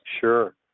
Sure